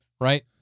right